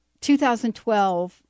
2012